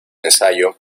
ensayo